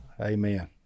Amen